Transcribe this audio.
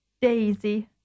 Daisy